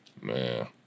man